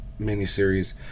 miniseries